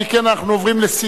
אדוני היושב-ראש,